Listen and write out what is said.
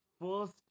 First